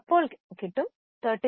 അപ്പോൾ 36